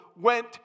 went